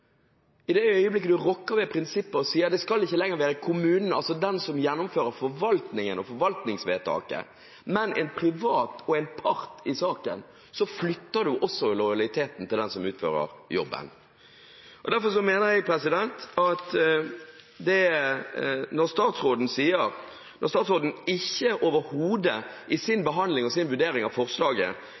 og sier at det ikke lenger skal være kommunen – altså den som gjennomfører forvaltningen og forvaltningsvedtaket – men en privat, en part i saken, flytter vi også lojaliteten til den som utfører jobben. Derfor mener jeg at når statsråden overhodet ikke i sin behandling og sin vurdering av forslaget